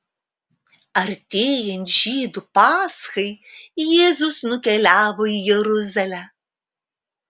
artėjant žydų paschai jėzus nukeliavo į jeruzalę